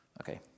Okay